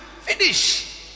finish